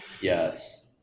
Yes